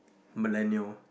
millennial